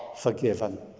forgiven